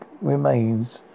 remains